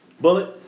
Bullet